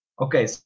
Okay